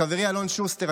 חברי אלון שוסטר,